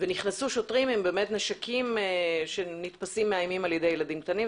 ונכנסו שוטרים עם נשקים שנתפסים מאיימים על הילדים הקטנים,